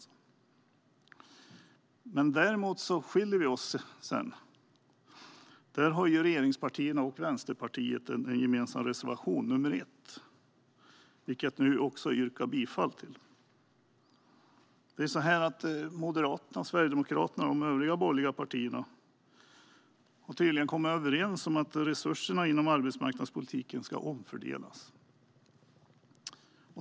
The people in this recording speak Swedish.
Sedan skiljer vi oss åt, och därför har regeringspartierna och Vänsterpartiet en gemensam reservation nr 1, vilken jag också yrkar bifall till. Moderaterna, Sverigedemokraterna och de övriga borgerliga partierna har tydligen kommit överens om att resurserna inom arbetsmarknadspolitiken ska omfördelas.